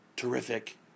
Terrific